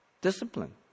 Discipline